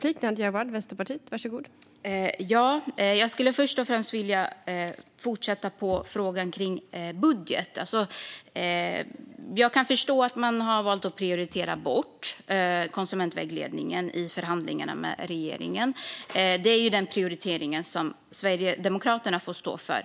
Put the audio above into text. Fru talman! Jag skulle först och främst vilja fortsätta med frågan om budget. Jag kan förstå att man har valt att prioritera bort konsumentvägledningen i förhandlingarna med regeringen. Det är ju en prioritering som Sverigedemokraterna får stå för.